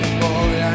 boy